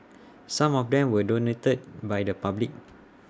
some of them were donated by the public